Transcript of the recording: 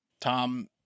Tom